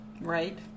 Right